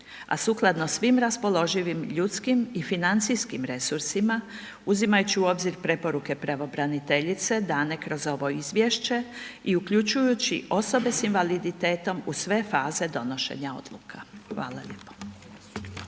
a sukladno svim raspoloživim ljudskim i financijskim resursima uzimajući u obzir preporuke pravobraniteljice dane kroz ovo izvješće i uključujući osobe s invaliditetom u sve faze donošenja odluka. Hvala lijepo.